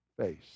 face